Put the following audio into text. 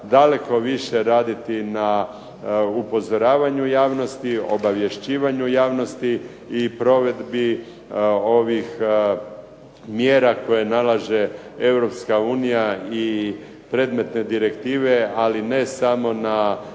daleko više raditi na upozoravanju javnosti, obavješćivanju javnosti i provedbi ovih mjera koja nalaže Europska unija i predmetne direktive ali ne samo na